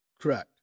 correct